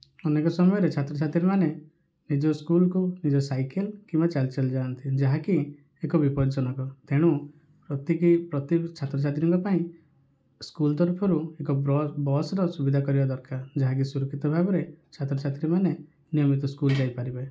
ଅନେକ ସମୟରେ ଛାତ୍ରଛାତ୍ରୀ ମାନେ ନିଜ ସ୍କୁଲକୁ ନିଜ ସାଇକେଲ କିମ୍ବା ଚାଲିଚାଲି ଯାଆନ୍ତି ଯାହାକି ଏକ ବିପଦ ଜନକ ତେଣୁ ପ୍ରତିଟି ପ୍ରତିଟି ଛାତ୍ରଛାତ୍ରୀଙ୍କ ପାଇଁ ସ୍କୁଲ ତରଫରୁ ଏକ ବସର ସୁବିଧା କରିବା ଦରକାର ଯାହାକି ସୁରକ୍ଷିତ ଭାବରେ ଛାତ୍ରଛାତ୍ରୀ ମାନେ ନିୟମିତ ସ୍କୁଲ ଯାଇପାରିବେ